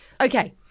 Okay